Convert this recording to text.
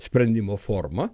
sprendimo forma